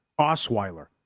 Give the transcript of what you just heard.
Osweiler